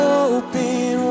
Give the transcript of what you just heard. open